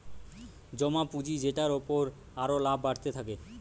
জমা পুঁজি যেটার উপর আরো লাভ বাড়তে থাকে